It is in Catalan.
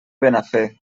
benafer